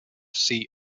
sea